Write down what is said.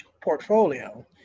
portfolio